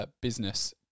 business